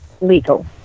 legal